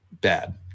bad